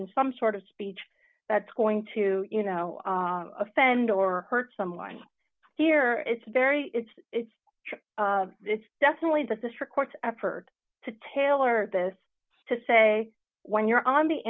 in some sort of speech that's going to you know offend or hurt someone here it's very it's it's it's definitely the district court effort to tailor the to say when you're on the